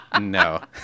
No